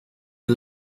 die